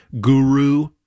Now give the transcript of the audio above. guru